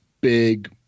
big